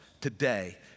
today